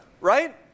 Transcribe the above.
right